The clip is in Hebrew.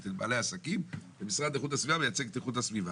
את בעלי העסקים ומשרד איכות הסביבה מייצג את איכות הסביבה.